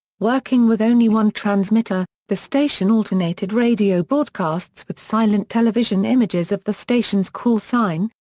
working with only one transmitter, the station alternated radio broadcasts with silent television images of the station's call sign,